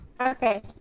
Okay